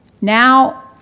Now